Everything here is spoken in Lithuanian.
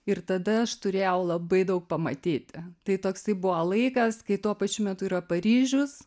ir tada aš turėjau labai daug pamatyti tai toksai buvo laikas kai tuo pačiu metu yra paryžius